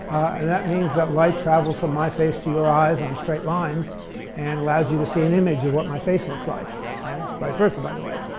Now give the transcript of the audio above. and that means that light travels from my face to your eyes on straight lines and allows you to see an image of what my face looks like and vice versa, by the way.